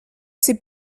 ces